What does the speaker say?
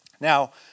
Now